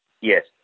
Yes